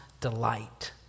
delight